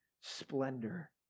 splendor